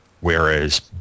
whereas